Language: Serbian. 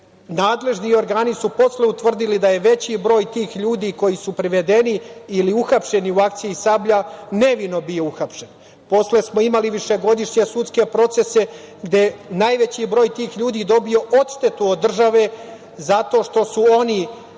Nadležni organi su posle utvrdili da je veći broj tih ljudi koji su privedeni ili uhapšeni u akciji „Sablja“ nevino bili uhapšeni. Posle smo imali višegodišnje sudske procese gde je najveći broj tih ljudi odštetu od države zato što su oni koje